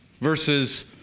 Versus